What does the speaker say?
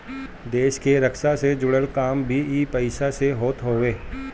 देस के रक्षा से जुड़ल काम भी इ पईसा से होत हअ